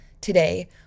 Today